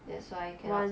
that's why cannot